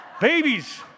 babies